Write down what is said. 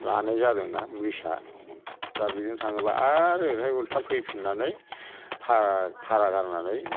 लानाय जादों ना ब्रिडस आ दा बेजों थाङोबा आर ओरैहाय उल्था फैफिननानै फारा गाननानै